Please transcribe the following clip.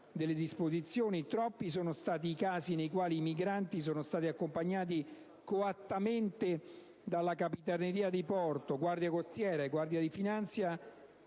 delle disposizioni, troppi sono stati i casi nei quali i migranti sono stati accompagnati coattamente dalla Capitaneria di porto, dalla Guardia costiera e dalla Guardia di finanza